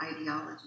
ideology